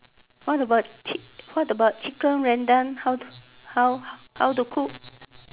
what about chick what about chicken rendang how to cook